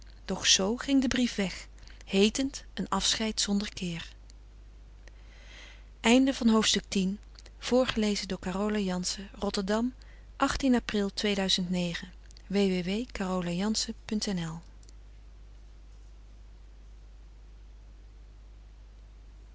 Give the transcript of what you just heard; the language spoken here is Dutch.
z ging de brief weg heetend een afscheid zonder keer